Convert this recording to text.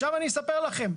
עכשיו אני אספר לכם,